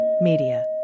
media